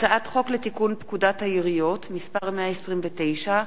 הצעת חוק לתיקון פקודת העיריות (מס' 129),